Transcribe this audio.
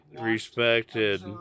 respected